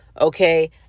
Okay